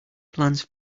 plans